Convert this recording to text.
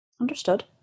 Understood